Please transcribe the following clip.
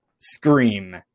scream